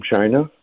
China